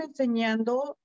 enseñando